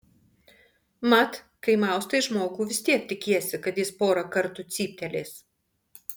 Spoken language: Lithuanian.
mat kai maustai žmogų vis tiek tikiesi kad jis porą kartų cyptelės